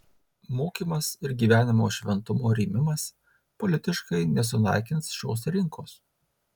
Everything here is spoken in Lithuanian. mokymas ir gyvenimo šventumo rėmimas politiškai nesunaikins šios rinkos